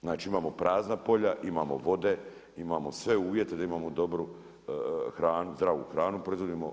Znači imamo prazna polja, imamo vode, imamo sve uvjete da imamo dobru i zdravu hranu, proizvodimo.